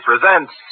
presents